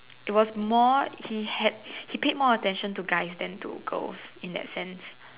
it was more he had he paid more attention to guys than to girls in that sense